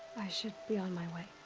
i should. be on my way.